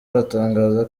aratangaza